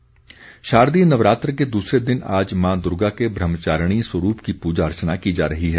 नवरात्र शारदीय नवरात्र के दूसरे दिन आज माँ दुर्गा के ब्रह्मचारिणी स्वरूप की पूजा अर्चना की जा रही है